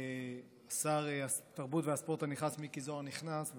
כששר התרבות והספורט הנכנס מיקי זוהר נכנס,